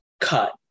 cut